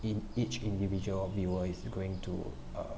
in each individual viewer is going to uh